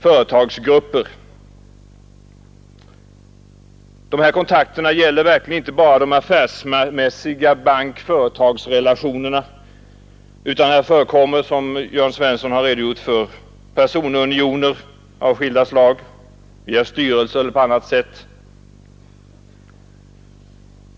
Dessa kontakter gäller verkligen inte bara de affärsmässiga relationerna mellan banker och företag, utan här förekommer, som herr Jörn Svensson har redogjort för, personunioner av skilda slag i styrelser och på annat sätt.